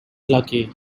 lucky